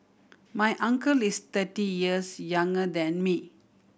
my uncle is thirty years younger than me